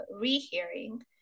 rehearing